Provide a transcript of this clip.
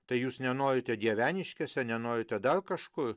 tai jūs nenorite dieveniškėse nenorite dar kažkur